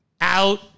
out